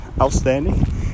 outstanding